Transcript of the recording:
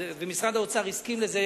ומשרד האוצר הסכים לזה,